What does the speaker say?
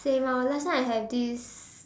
same orh last time I have this